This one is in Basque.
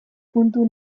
puntu